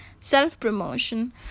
self-promotion